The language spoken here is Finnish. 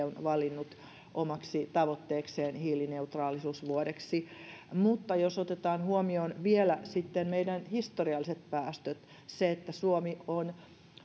on valinnut omaksi tavoitteekseen hiilineutraalisuusvuodeksi mutta jos otetaan huomioon vielä meidän historialliset päästöt se että suomi on